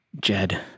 Jed